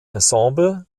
ensemble